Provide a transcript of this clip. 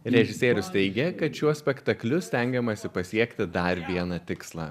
režisierius teigia kad šiuo spektakliu stengiamasi pasiekti dar vieną tikslą